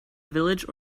village